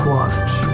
Watch